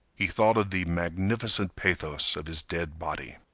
he thought of the magnificent pathos of his dead body.